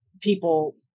people